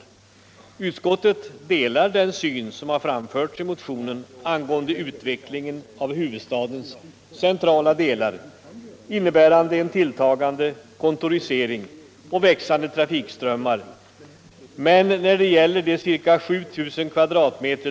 Utskottet delar den syn som har kommit till uttryck i motionen angående utvecklingen av huvudstadens centrala delar, innebärande en ulltagande kontorisering och växande trafikströmmar. Men när det gäller de ca 7 000 m?